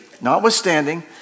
notwithstanding